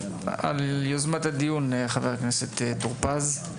על יוזמת הדיון, חבר הכנסת טור פז.